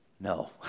No